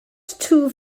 twf